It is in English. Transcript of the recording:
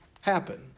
happen